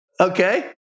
Okay